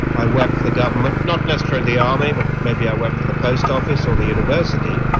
i work for the government, not necessarily the army but maybe i work for the post office or the university,